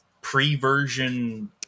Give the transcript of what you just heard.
pre-version